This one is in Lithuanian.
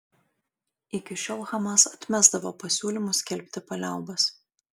iki šiol hamas atmesdavo pasiūlymus skelbti paliaubas